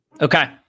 Okay